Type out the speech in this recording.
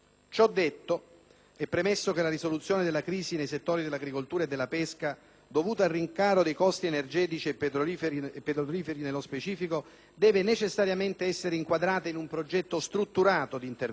dovuta al rincaro dei costi energetici e petroliferi, nello specifico, deve necessariamente essere inquadrata in un progetto strutturato di interventi e non può certamente esaurirsi all'interno del provvedimento governativo in esame,